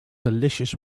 delicious